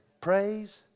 praise